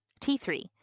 T3